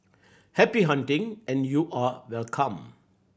happy hunting and you are welcome